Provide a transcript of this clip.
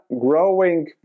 growing